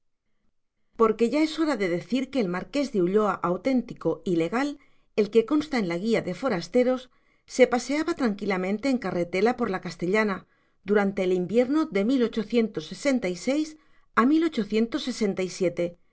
porque ya es hora de decir que el marqués de ulloa auténtico y legal el que consta en la guía de forasteros se paseaba tranquilamente en carretela por la castellana durante el invierno de a